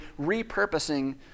repurposing